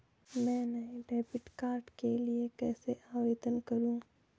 मैं नए debit card के लिए कैसे आवेदन करूं?